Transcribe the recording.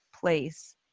place